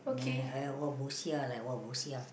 nah I what bosiah like what bosiah